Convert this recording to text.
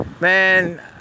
man